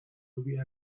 lluvia